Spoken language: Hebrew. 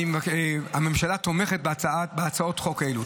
הממשלה תומכת בהצעות חוק האלו.